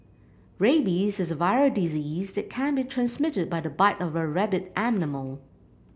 rabies is a viral disease that can be transmitted by the bite of a rabid animal